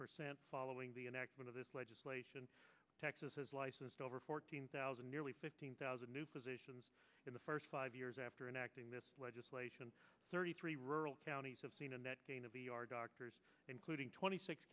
percent following the enactment of this legislation texas has licensed over fourteen thousand nearly fifteen thousand new positions in the first five years after and acting this legislation thirty three rural counties have seen a net gain of e r doctors including twenty six